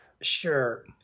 Sure